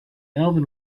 alvin